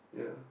ya